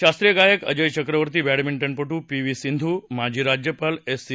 शास्त्रीय गायक अजय चक्रवर्ती बड्डमिंटनपटू पी व्ही सिंधू माजी राज्यपाल एस सी